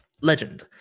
legend